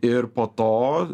ir po to